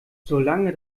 solange